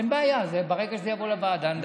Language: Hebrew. אין בעיה, ברגע שזה יבוא לוועדה נדבר על זה.